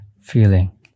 feeling